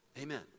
amen